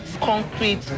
concrete